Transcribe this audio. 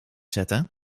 zetten